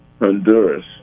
Honduras